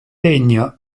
legno